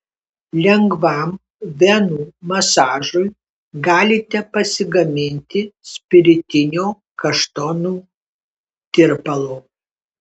lengvam venų masažui galite pasigaminti spiritinio kaštonų tirpalo